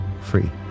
free